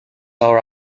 our